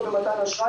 ראשית,